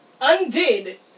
undid